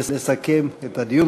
לסכם את הדיון,